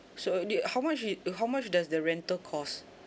so uh do you how much it how much does the rental costs